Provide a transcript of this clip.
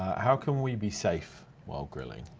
how can we be safe while grilling?